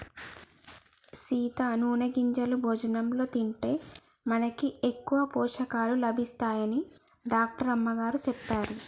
సీత నూనె గింజలు భోజనంలో తింటే మనకి ఎక్కువ పోషకాలు లభిస్తాయని డాక్టర్ అమ్మగారు సెప్పారు